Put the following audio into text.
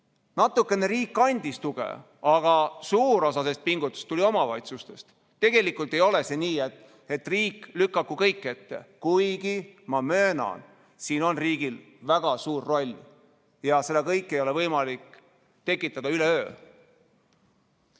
Natukene andis riik tuge, aga suur osa sellest pingutusest tuli omavalitsustest. Tegelikult ei ole nii, et riik lükaku kõik ette, kuigi ma möönan, siin on riigil väga suur roll ja seda kõike ei ole võimalik tekitada üleöö.